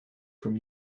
from